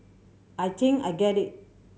I think I get it